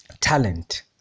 Talent